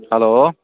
hello